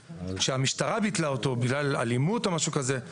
שהמשטרה ביטלה אותו בגלל אלימות או משהו כזה,